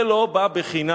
זה לא בא בחינם.